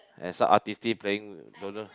and some artiste playing don't know